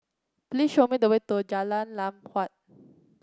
please show me the way to Jalan Lam Huat